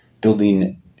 building